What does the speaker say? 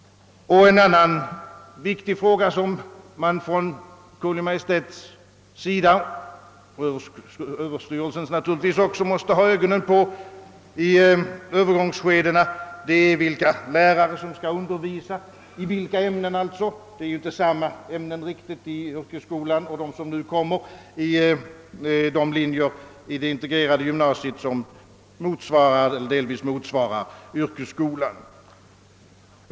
En annan viktig fråga, som man från Kungl. Maj:ts — och naturligtvis också skolöverstyrelsens — sida måste ha ögonen på i övergångsskedena, är vilka lärare som skall undervisa i olika ämnen. Inom den nuvarande yrkesskolan är ämnena inte riktigt desamma som de kommer att bli på de linjer i det integrerade gymnasiet som delvis motsvarar yrkesskolan.